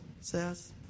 says